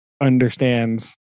understands